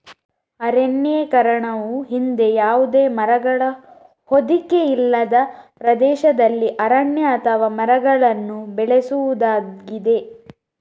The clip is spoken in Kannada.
ಅರಣ್ಯೀಕರಣವು ಹಿಂದೆ ಯಾವುದೇ ಮರಗಳ ಹೊದಿಕೆ ಇಲ್ಲದ ಪ್ರದೇಶದಲ್ಲಿ ಅರಣ್ಯ ಅಥವಾ ಮರಗಳನ್ನು ಬೆಳೆಸುವುದಾಗಿದೆ